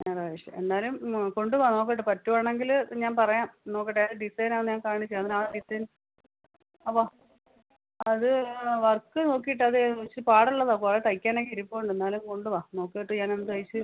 ഞായറാഴ്ച എന്തായാലും ആ കൊണ്ട് വരൂ നോക്കട്ടെ പറ്റുകയാണെങ്കിൽ ഞാൻ പറയാം നോക്കട്ടെ ഏത് ഡിസൈനാണ് ഞാൻ കാണിച്ച് ആ ഡിസൈൻ അപ്പോൾ അത് വർക്ക് നോക്കിയിട്ട് അത് കുറച്ച് പാടുള്ളതാണ് കുറേ തയ്ക്കാൻ ഒക്കെ ഇരിപ്പുണ്ട് എന്നാലും കൊണ്ട് വരൂ നോക്കിയിട്ട് ഞാൻ അത് തയ്ച്ച്